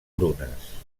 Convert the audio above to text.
brunes